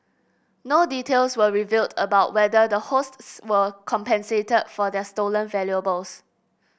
no details were revealed about whether the hosts were compensated for their stolen valuables